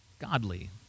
godly